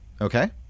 okay